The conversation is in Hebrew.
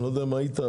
לא יודע אם היית,